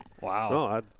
Wow